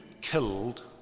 killed